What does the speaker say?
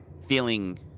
feeling